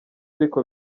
ariko